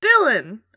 Dylan